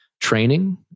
training